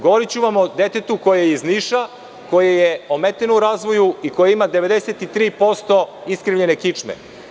Govoriću vam o detetu koje je iz Niša, koje je ometeno u razvoju i koje ima 93% iskrivljene kičme.